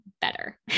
better